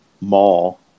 mall